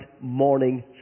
morning